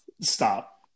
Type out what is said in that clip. Stop